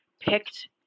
picked